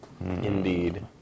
Indeed